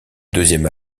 deuxième